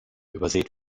übersät